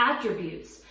attributes